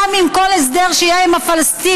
גם עם כל הסדר שיהיה עם הפלסטינים,